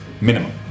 minimum